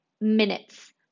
minutes